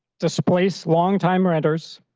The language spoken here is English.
displaced long-time renters,